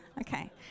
Okay